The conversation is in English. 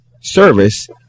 service